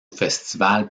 festival